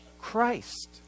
Christ